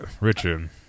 Richard